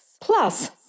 Plus